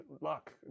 luck